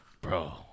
bro